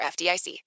FDIC